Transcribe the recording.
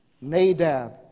Nadab